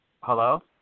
Hello